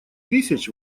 тысяч